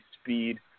speed